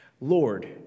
Lord